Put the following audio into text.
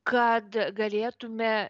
kad galėtume